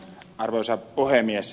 arvoisa puhemies